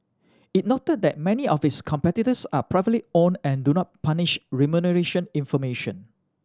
it noted that many of its competitors are privately owned and do not publish remuneration information